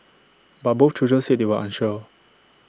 but both children said they were unsure